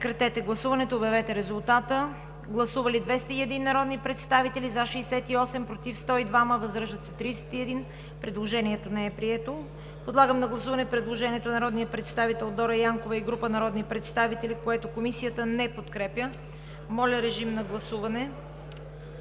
режим на гласуване. Гласували 201 народни представители: за 68, против 102, въздържали се 31. Предложението не е прието. Подлагам на гласуване предложението на народния представител Дора Янкова и група народни представители, което Комисията не подкрепя. Моля, режим на гласуване.